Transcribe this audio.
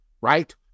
right